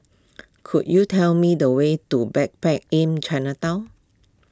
could you tell me the way to Backpackers Inn Chinatown